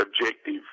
objective